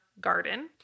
garden